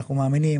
אנחנו מאמינים,